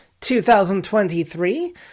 2023